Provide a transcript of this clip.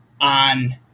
on